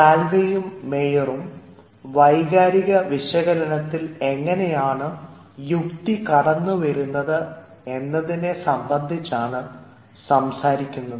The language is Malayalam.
സാലവേയും മേയറും വൈകാരിക വിശകലനത്തിൽ എങ്ങനെയാണ് യുക്തി കടന്നുവരുന്നത് എന്നതിനെ സംബന്ധിച്ചാണ് സംസാരിക്കുന്നത്